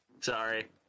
Sorry